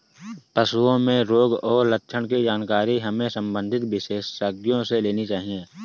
पशुओं में रोग और लक्षण की जानकारी हमें संबंधित विशेषज्ञों से लेनी चाहिए